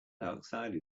dioxide